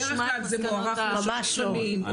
בדרך כלל זה מוארך לשלוש שנים,